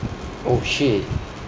oh shit